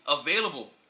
available